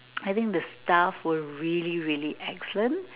I think the staff were really really excellent